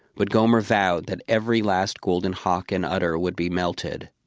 but gomer vowed that every last golden hock and udder would be melted.